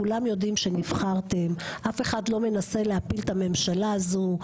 כולם יודעים שנבחרתם אף אחד לא מנסה להפיל את הממשלה הזו,